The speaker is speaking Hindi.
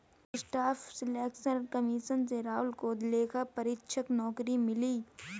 स्टाफ सिलेक्शन कमीशन से राहुल को लेखा परीक्षक नौकरी मिली